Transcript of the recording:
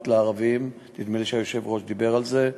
לערבים" נדמה לי שהיושב-ראש דיבר על זה,